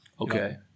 Okay